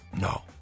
No